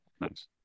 Nice